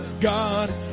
God